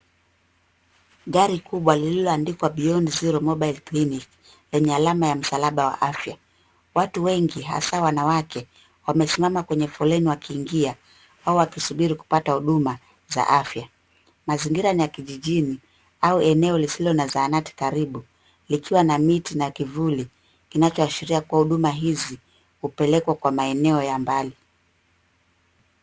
Gari kubwa lililoandikwa beyond zero mobile clinic lenye alama ya msalaba wa afya. Watu wengi hasa wanawake wamesimama kwenye foleni wakiingia au wakisubiri kupata huduma za afya. Mazingira ni ya kijijini au eneo lisilo na zahanati karibu likiwa na miti na kivuli kinachoashiria kuwa huduma hizi hupelekwa kwa maeneo ya mbali.